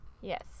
yes